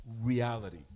reality